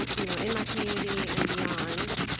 you know in my community and beyond,